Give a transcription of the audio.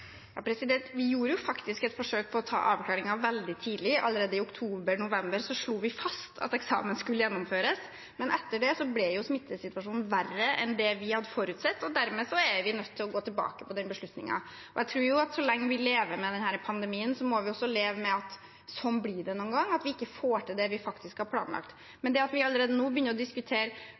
Vi gjorde faktisk et forsøk på å ta avklaringen veldig tidlig. Allerede i oktober/november slo vi fast at eksamen skulle gjennomføres, men etter det ble smittesituasjonen verre enn det vi hadde forutsett, og dermed er vi nødt til å gå tilbake på den beslutningen. Jeg tror at så lenge vi lever med denne pandemien, må vi også leve med at slik blir det noen ganger – at vi ikke får til det vi faktisk har planlagt. Men det at vi allerede nå begynner å diskutere